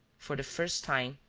for the first time,